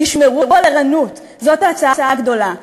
תשמרו על ערנות, זאת ההצעה הגדולה.